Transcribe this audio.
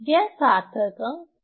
यह सार्थक अंक क्या है